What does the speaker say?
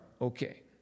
okay